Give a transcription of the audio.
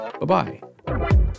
Bye-bye